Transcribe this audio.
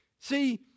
See